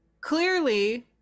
clearly